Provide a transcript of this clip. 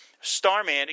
Starman